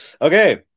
Okay